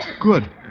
Good